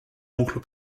oncle